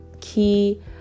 key